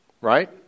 Right